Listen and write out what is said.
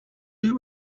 you